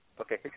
okay